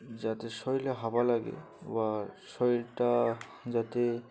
যাতে শরীরে হাওয়া লাগে বা শরীরটা যাতে